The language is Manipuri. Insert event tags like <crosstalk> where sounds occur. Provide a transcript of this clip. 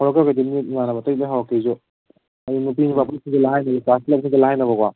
<unintelligible> ꯏꯃꯥꯟꯅꯕ ꯑꯇꯩ ꯂꯣꯏ ꯍꯧꯔꯛꯀꯦꯁꯨ ꯍꯥꯏꯗꯤ ꯅꯨꯄꯤ ꯅꯨꯄꯥ ꯄꯨꯟꯅ ꯄꯨꯟꯖꯤꯜꯂ <unintelligible> ꯀ꯭ꯂꯥꯁ <unintelligible> ꯂꯥꯏꯅꯕꯀꯣ